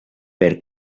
per